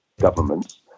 governments